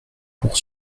pour